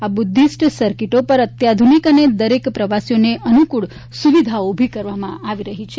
આ બુદ્ધિસ્ટ સર્કિટો પર અત્યાધુનિક દરેક પ્રવાસીઓને અનુકૂળ સુવિધાઓ ઊભી કરવામાં આવી રહી છે